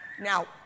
Now